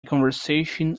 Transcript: conversion